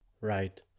Right